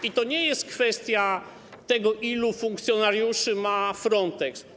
I to nie jest kwestia tego, ilu funkcjonariuszy ma Frontex.